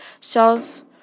South